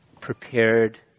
prepared